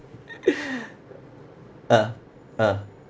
ah ah